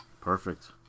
Perfect